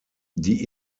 die